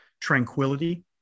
tranquility